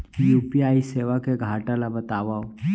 UPI सेवा के घाटा ल बतावव?